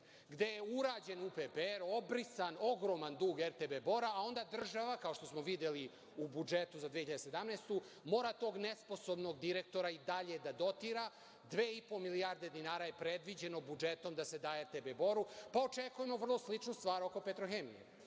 gde je urađen UPPR, obrisan ogroman dug RTB Bora, a onda država, kao što smo videli u budžetu za 2017. godinu, mora tog nesposobnog direktora i dalje da dotira, 2,5 milijarde dinara je predviđeno budžetom da se da RTB Boru, pa očekujemo vrlo sličnu stvar „Petrohemije“.Ministar